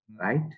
right